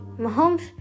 Mahomes